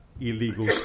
Illegal